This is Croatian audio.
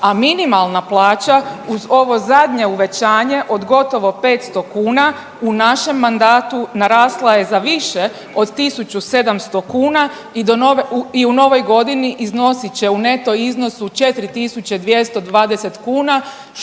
a minimalna plaća uz ovo zadnje uvećanje od gotovo 500 kuna u našem mandatu narasla je za više od 1.700 kuna i u novoj godini iznosit će u neto iznosu 4.220 kuna